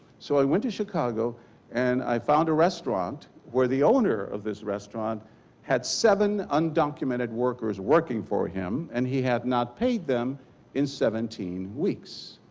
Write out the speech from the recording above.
so i went to chicago and found a restaurant where the owner of this restaurant had seven undocumented workers working for him and he had not paid them in seventeen weeks.